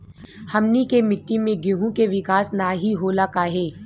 हमनी के मिट्टी में गेहूँ के विकास नहीं होला काहे?